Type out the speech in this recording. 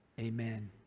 amen